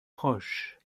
proche